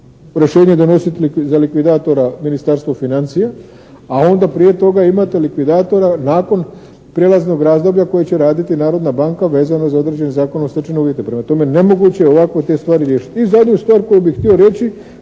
rješenje donositi za likvidatora Ministarstvo financija a onda prije toga imate likvidatora nakon prijelaznog razdoblja koji će raditi narodna banka vezano za određene zakonom stečene uvjete. Prema tome, nemoguće je ovako te stvari riješiti. I zadnju stvar koju bih htio reći,